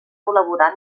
col·laborar